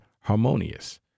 harmonious